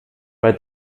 bei